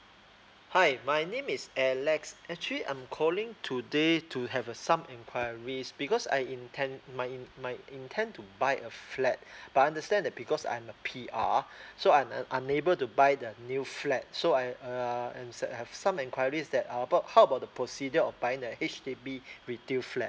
hi my name is alex actually I'm calling today to have uh some enquiries because I intend my in my intend to buy a flat but understand that because I'm a P_R so I am unable to buy the new flat so I err I'm set I have some enquiries that about how about the procedure of buying a H_D_B retail flat